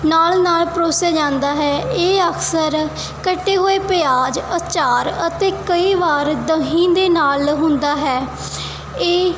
ਨਾਲ ਨਾਲ ਪਰੋਸਿਆ ਜਾਂਦਾ ਹੈ ਇਹ ਅਕਸਰ ਕੱਟੇ ਹੋਏ ਪਿਆਜ਼ ਅਚਾਰ ਅਤੇ ਕਈ ਵਾਰ ਦਹੀਂ ਦੇ ਨਾਲ ਹੁੰਦਾ ਹੈ ਇਹ